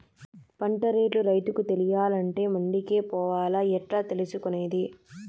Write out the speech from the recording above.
పంట రేట్లు రైతుకు తెలియాలంటే మండి కే పోవాలా? ఎట్లా తెలుసుకొనేది?